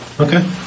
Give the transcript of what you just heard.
Okay